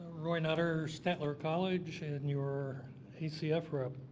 roy nutter, statler college and your acf rep.